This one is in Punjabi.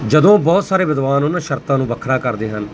ਜਦੋਂ ਬਹੁਤ ਸਾਰੇ ਵਿਦਵਾਨ ਉਹਨਾਂ ਸ਼ਰਤਾਂ ਨੂੰ ਵੱਖਰਾ ਕਰਦੇ ਹਨ